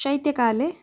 शैत्यकाले